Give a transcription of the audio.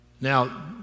now